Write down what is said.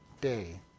day